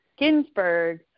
Ginsburg